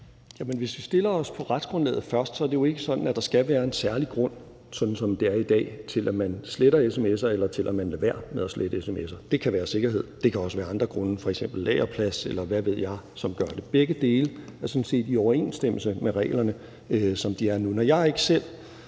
hvis vi stiller os på retsgrundlaget først, er det jo ikke sådan, som det er i dag, at der skal være en særlig grund til, at man sletter sms'er, eller til, at man lader være med at slette sms'er. Det kan være sikkerhed. Det kan også være andre grunde, f.eks. lagerplads, eller hvad ved jeg, som gør det. Begge dele er sådan set i overensstemmelse med reglerne, som de er nu. Når jeg ikke selv